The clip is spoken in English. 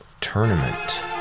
tournament